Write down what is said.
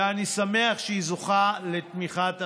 ואני שמח שהיא זוכה לתמיכת הממשלה.